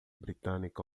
britânica